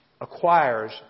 acquires